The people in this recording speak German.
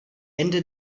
ende